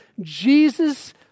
Jesus